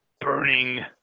Burning